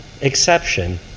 exception